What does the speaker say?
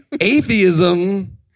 Atheism